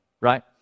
right